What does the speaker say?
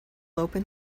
open